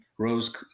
rose